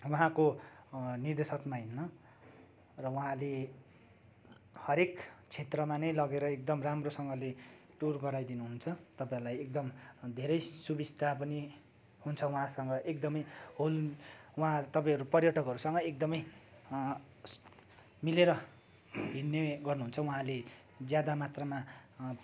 उहाँको निर्देशकमा हिँड्न र उहाँले हरएक क्षेत्रमा नै लगेर एकदम राम्रोसँगले टुर गराइदिनु हुन्छ तपाईँहरूलाई एकदम धेरै सुबिस्ता पनि हुन्छ उहाँसँग एकदमै हुल उहाँहरू तपाईँहरू पर्यटकहरूसँग एकदमै मिलेर हिँड्ने गर्नु हुन्छ उहाँले ज्यादा मात्रामा